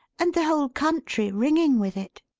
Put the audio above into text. and the whole country ringing with it.